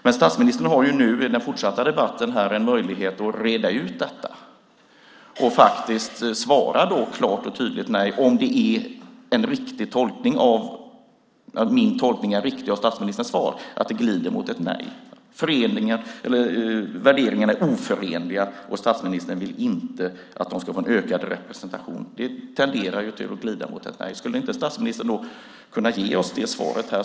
Men statsministern har nu i den fortsatta debatten här en möjlighet att reda ut detta och faktiskt svara klart och tydligt nej, om min tolkning av statsministerns svar är riktig, att det glider mot ett nej, att värderingarna är oförenliga och att statsministern inte vill att Sverigedemokraterna ska få en ökad representation. Det tenderar att glida mot ett nej. Skulle inte statsministern då kunna ge oss det svaret här?